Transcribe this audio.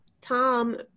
Tom